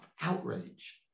outrage